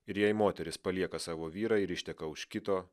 ir jei moteris palieka savo vyrą ir išteka už kito